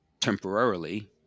temporarily